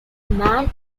man